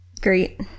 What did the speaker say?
Great